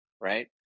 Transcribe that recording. right